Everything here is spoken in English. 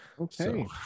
Okay